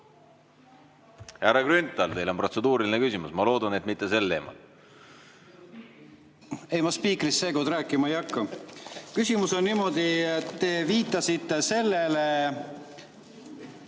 Härra Grünthal, teil on protseduuriline küsimus. Ma loodan, et mitte sel teemal. Ei, ma spiikrist seekord rääkima ei hakka. Küsimus on selles, et te viitasite sellele,